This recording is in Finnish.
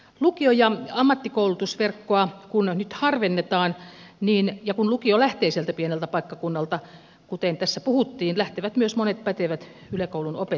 lukio ja ammattikoulutusverkkoa kun nyt harvennetaan ja kun lukio lähtee sieltä pieneltä paikkakunnalta kuten tässä puhuttiin lähtevät myös monet pätevät yläkoulun opettajat